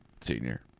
senior